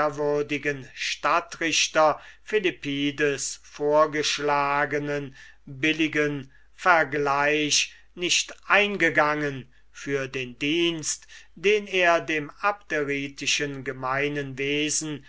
stadtrichter philippides vorgeschlagnen billigen vergleich nicht eingegangen für den dienst den er dem abderitischen gemeinen wesen